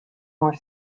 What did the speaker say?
were